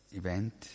event